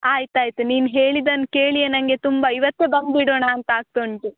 ಆಯ್ತು ಆಯ್ತು ನೀನು ಹೇಳಿದನ್ನು ಕೇಳಿಯೆ ನನಗೆ ತುಂಬ ಇವತ್ತೇ ಬಂದುಬಿಡೋಣ ಅಂತ ಆಗ್ತಾ ಉಂಟು